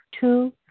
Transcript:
Two